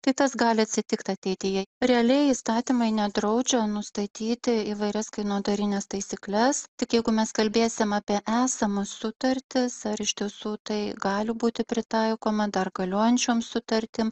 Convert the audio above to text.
tai tas gali atsitikt ateityje realiai įstatymai nedraudžia nustatyti įvairias kainodarines taisykles tik jeigu mes kalbėsim apie esamas sutartis ar iš tiesų tai gali būti pritaikoma dar galiojančiom sutartim